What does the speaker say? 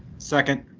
second.